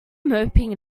moping